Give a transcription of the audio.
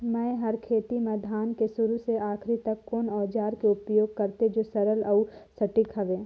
मै हर खेती म धान के शुरू से आखिरी तक कोन औजार के उपयोग करते जो सरल अउ सटीक हवे?